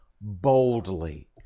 boldly